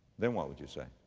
then what would you say?